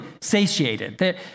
satiated